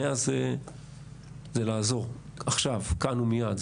100 זה לעזור עכשיו, כאן ומייד.